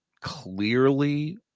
clearly